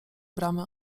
bramę